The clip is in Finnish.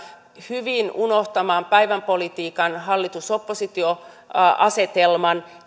hyvin unohtamaan päivänpolitiikan hallitus oppositio asetelman